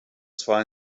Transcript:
zwar